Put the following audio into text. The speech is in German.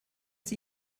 sie